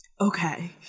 Okay